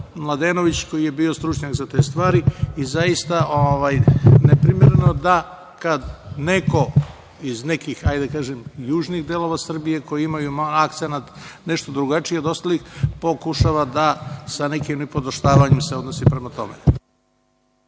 Mladenović koji je bio stručnjak za te stvari. Zaista je neprimereno da kada neko iz nekih, ajde da kažem, iz južnih delova Srbije, koji imaju akcenat nešto drugačiji od ostalih pokušava da sa nekim nipodaštavanjem se odnosi prema tome.